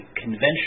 conventional